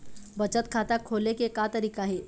बचत खाता खोले के का तरीका हे?